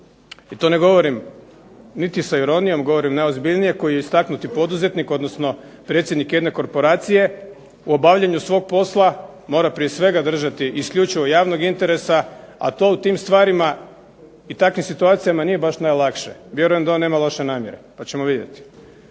i to ne govorim niti sa ironijom, govorim najozbiljnije, koji je istaknuti poduzetnik, odnosno predsjednik jedne korporacije, u obavljanju svog posla mora prije svega držati isključivo javnog interesa, a to u tim stvarima i takvim situacijama nije baš najlakše, vjerujem da on nema loše namjere, pa ćemo vidjeti,